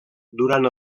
durant